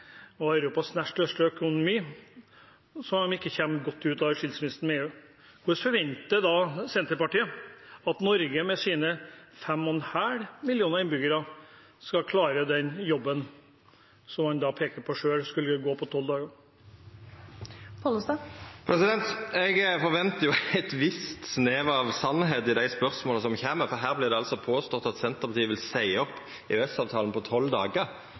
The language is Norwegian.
og de kommer ikke godt ut av skilsmissen med EU. Hvorfor forventer da Senterpartiet at Norge med sine 5,5 millioner innbyggere skal klare den jobben som man selv peker på skulle gå på tolv dager? Eg forventar ein viss snev av sannheit i dei spørsmåla som kjem. Her vert det altså påstått at Senterpartiet vil seia opp EØS-avtalen på tolv